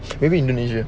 maybe indonesia